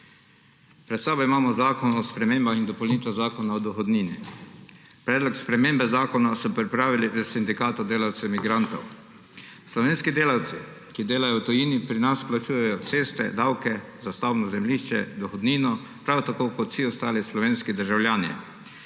Pred sabo imamo Predlog zakona o spremembah in dopolnitvah Zakona o dohodnini. Predlog spremembe zakona so pripravili v Sindikatu delavcev migrantov. Slovenski delavci, ki delajo v tujini, pri nas plačujejo ceste, davke, za stavbno zemljišče, dohodnino prav tako kot vsi ostali slovenski državljani.